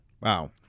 Wow